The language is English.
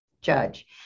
judge